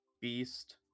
Beast